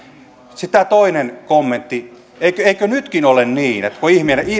tämä toinen kommentti eikö eikö nytkin ole niin että kun